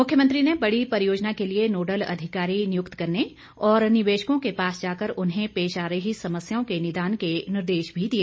मुख्यमंत्री ने बड़ी परियोजना के लिए नोडल अधिकारी नियुक्त करने और निवेशकों के पास जाकर उन्हें पेश आ रही समस्याओं के निदान के निर्देश भी दिए